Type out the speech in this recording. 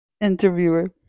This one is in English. Interviewer